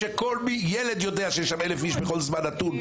כאשר כל ילד יודע שיש שם 1,000 אנשים בכל זמן נתון.